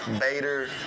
Bader